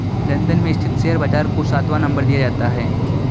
London में स्थित share बाजार को सातवां नम्बर दिया जाता है